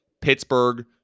Pittsburgh